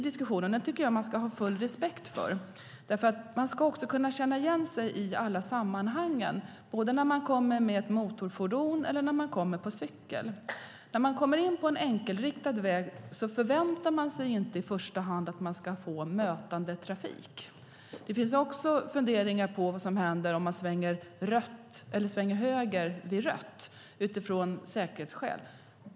Jag tycker att man ska ha full respekt för diskussionen därför att man ska kunna känna igen sig i alla sammanhang, både när man kommer med ett motorfordon och när man kommer på cykel. När man kommer in på en enkelriktad väg förväntar man sig inte mötande trafik. Det finns också funderingar utifrån säkerhetsskäl på vad som händer om man svänger höger vid rött.